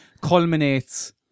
culminates